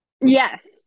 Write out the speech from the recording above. Yes